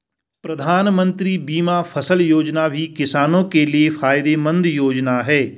प्रधानमंत्री बीमा फसल योजना भी किसानो के लिये फायदेमंद योजना है